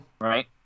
Right